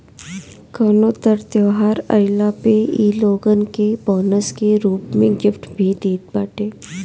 कवनो तर त्यौहार आईला पे इ लोगन के बोनस के रूप में गिफ्ट भी देत बाटे